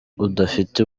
udafite